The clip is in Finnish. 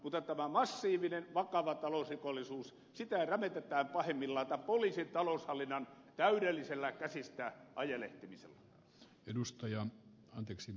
mutta tämä massiivisen vakavan talousrikollisuuden torjunta sitä rämetetään pahimmillaan tämän poliisin taloushallinnan täydellisellä käsistä ajelehtimisella